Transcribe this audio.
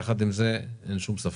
יחד עם את, אין ספק